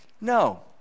No